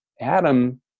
Adam